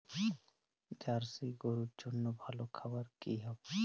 Jersey গরুর জন্য ভালো খাবার কি হবে?